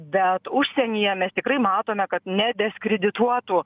bet užsienyje mes tikrai matome kad nedeskridituotų